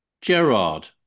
gerard